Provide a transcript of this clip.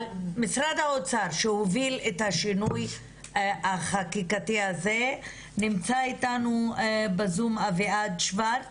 ממשרד האוצר שהוביל את השינוי החקיקתי הזה נמצא איתנו בזום אביעד שוורץ.